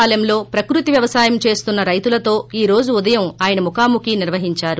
పాలెంలో ప్రకృతి వ్యవసాయం చేస్తున్న రైతులతో ఈ రోజు ఉదయం ఆయన ముఖాముఖి నిర్వహిందారు